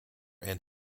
and